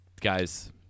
guys